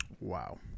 wow